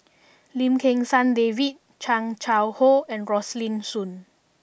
Lim Kim San David Chan Chang How and Rosaline Soon